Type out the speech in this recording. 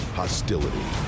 hostility